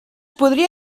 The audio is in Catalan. podria